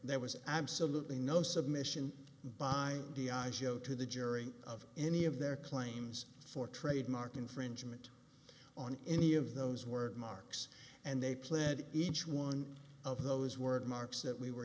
there was absolutely no submission by d i v o to the jury of any of their claims for trademark infringement on any of those work marks and they pled each one of those word marks that we were